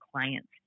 client's